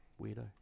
weirdo